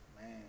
Man